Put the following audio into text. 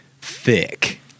thick